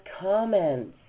comments